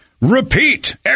repeat